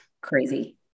crazy